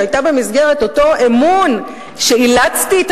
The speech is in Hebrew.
שהיתה במסגרת אותו אמון שאילצתי את